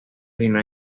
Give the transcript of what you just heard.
reinó